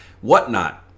whatnot